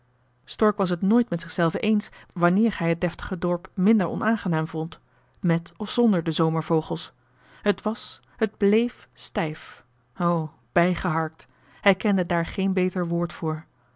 stork was het nooit met zichzelven eens wanneer hij het deftige dorp minder onaangenaam vond met of zonder de zomervogels t was t bleef stijf o bijgeharkt hij kende daar geen beter woord voor